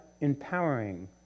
empowering